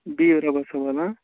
بِہِوٗ رۅبَس حوال